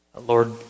Lord